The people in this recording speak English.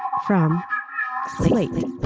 from lately.